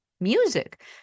music